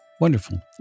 Wonderful